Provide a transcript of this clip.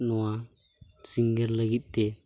ᱱᱚᱣᱟ ᱥᱤᱝᱜᱟᱨ ᱞᱟᱹᱜᱤᱫ ᱛᱮ